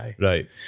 Right